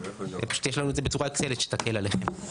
פשוט יש לנו את זה בצורה אחרת שתקל עליכם,